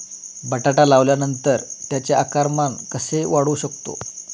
बटाटा लावल्यानंतर त्याचे आकारमान कसे वाढवू शकतो?